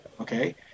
Okay